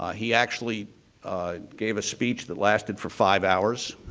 ah he actually gave a speech that lasted for five hours.